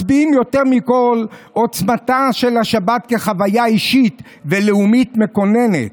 מצביעים יותר מכול על עוצמתה של השבת כחוויה אישית ולאומית מכוננת.